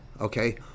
Okay